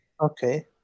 Okay